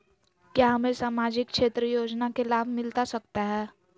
क्या हमें सामाजिक क्षेत्र योजना के लाभ मिलता सकता है?